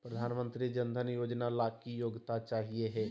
प्रधानमंत्री जन धन योजना ला की योग्यता चाहियो हे?